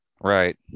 Right